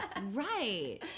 Right